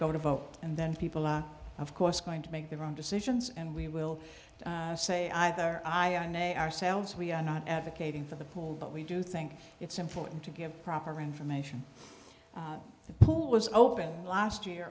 go to vote and then people are of course going to make their own decisions and we will say either i am a ourselves we are not advocating for the poor but we do think it's important to give proper information to pool was opened last year